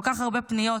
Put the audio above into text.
כל כך הרבה פניות,